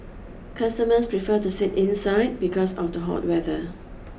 customers prefer to sit inside because of the hot weather